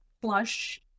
blush